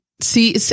See